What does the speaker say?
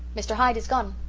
mr. hyde is gone,